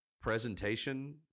presentation